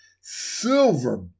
Silver